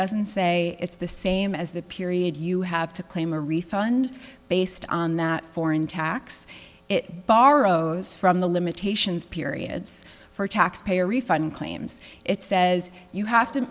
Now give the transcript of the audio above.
doesn't say it's the same as the period you have to claim a refund based on that foreign tax it borrows from the limitations periods for tax payer refund claims it says you have to